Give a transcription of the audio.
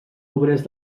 obrers